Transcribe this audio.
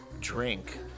drink